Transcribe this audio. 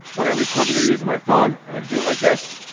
when i record the video using my phone, i'm gonna do it like this,